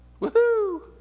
Woohoo